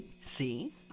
See